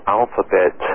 alphabet